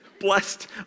Blessed